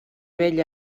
vell